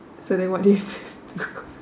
so then what they